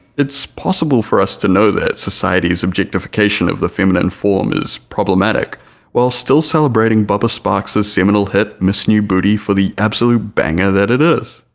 it's possible for us to know that society's objectification of the feminine form is problematic while still celebrating bubba sparxxx's seminal hit miss new booty for the absolute banger that it is.